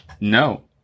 No